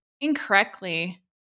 incorrectly